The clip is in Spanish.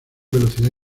velocidad